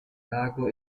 lago